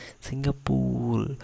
Singapore